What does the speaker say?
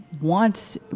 wants